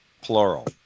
plural